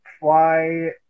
fly